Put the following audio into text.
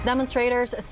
Demonstrators